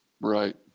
Right